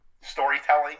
storytelling